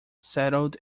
settled